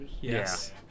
Yes